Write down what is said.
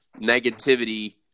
negativity